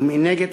ומנגד,